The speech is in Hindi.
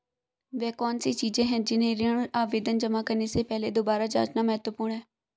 वे कौन सी चीजें हैं जिन्हें ऋण आवेदन जमा करने से पहले दोबारा जांचना महत्वपूर्ण है?